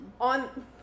On